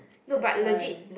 that's why